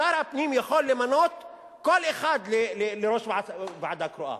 שר הפנים יכול למנות כל אחד לראש ועדה קרואה.